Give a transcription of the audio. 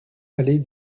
allée